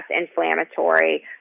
inflammatory